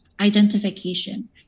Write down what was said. identification